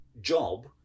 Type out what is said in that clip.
job